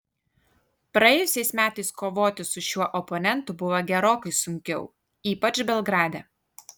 praėjusiais metais kovoti su šiuo oponentu buvo gerokai sunkiau ypač belgrade